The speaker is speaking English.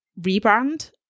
rebrand